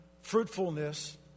fruitfulness